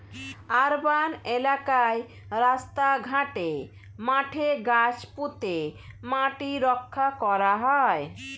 urban এলাকায় রাস্তা ঘাটে, মাঠে গাছ পুঁতে মাটি রক্ষা করা হয়